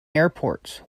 airports